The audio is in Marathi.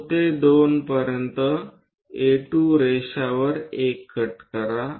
O ते 2 पर्यंत A2 रेषा वर एक कट करा